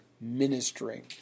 ministering